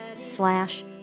slash